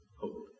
hope